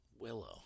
Willow